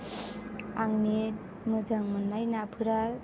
आंनि मोजां मोननाय नाफोरा